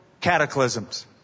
cataclysms